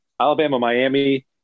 Alabama-Miami